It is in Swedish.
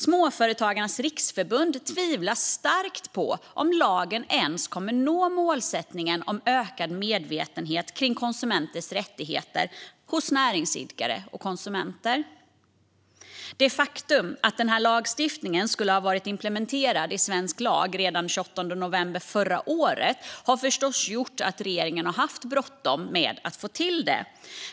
Småföretagarnas Riksförbund tvivlar starkt på om lagen ens kommer att nå målsättningen om ökad medvetenhet kring konsumenters rättigheter hos näringsidkare och konsumenter. Det faktum att denna lagstiftning skulle ha varit implementerad i svensk lag redan den 28 november förra året har förstås gjort att regeringen har haft bråttom med att få till det.